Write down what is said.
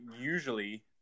usually